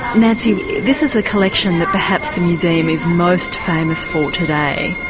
nancy this is a collection that perhaps the museum is most famous for today.